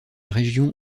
région